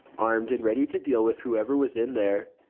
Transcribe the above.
armed and ready to deal with whoever was in there.